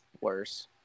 worse